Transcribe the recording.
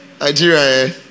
Nigeria